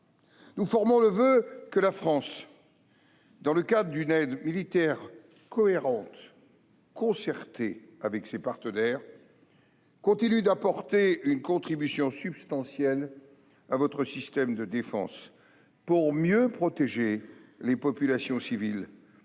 Nous formons le voeu que la France, dans le cadre d'une aide militaire cohérente et concertée avec ses partenaires, continue d'apporter une contribution substantielle à votre système de défense, pour mieux protéger les populations civiles